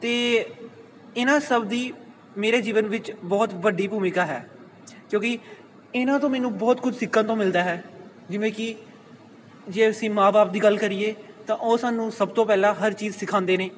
ਅਤੇ ਇਹਨਾਂ ਸਭ ਦੀ ਮੇਰੇ ਜੀਵਨ ਵਿੱਚ ਬਹੁਤ ਵੱਡੀ ਭੂਮਿਕਾ ਹੈ ਕਿਉਂਕਿ ਇਹਨਾਂ ਤੋਂ ਮੈਨੂੰ ਬਹੁਤ ਕੁਝ ਸਿੱਖਣ ਤੋਂ ਮਿਲਦਾ ਹੈ ਜਿਵੇਂ ਕਿ ਜੇ ਅਸੀਂ ਮਾਂ ਬਾਪ ਦੀ ਗੱਲ ਕਰੀਏ ਤਾਂ ਉਹ ਸਾਨੂੰ ਸਭ ਤੋਂ ਪਹਿਲਾਂ ਹਰ ਚੀਜ਼ ਸਿਖਾਉਂਦੇ ਨੇ